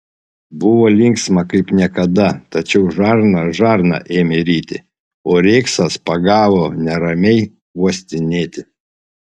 buvo linksma kaip niekada tačiau žarna žarną ėmė ryti o reksas pagavo neramiai uostinėti